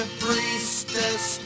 priestess